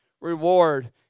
reward